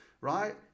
right